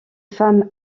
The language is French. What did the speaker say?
femmes